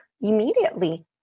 immediately